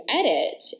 edit